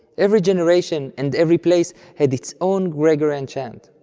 every generation and every place had its own gregorian chant,